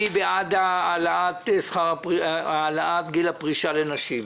אני בעד העלאת גיל הפרישה לנשים.